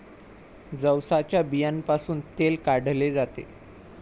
जवसाच्या बियांपासूनही तेल काढले जाते